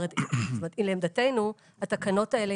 לעמדתנו התקנות האלה,